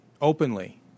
openly